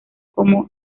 como